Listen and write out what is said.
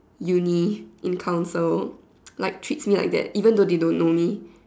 uni in count so like treat me like that even thought they don't know me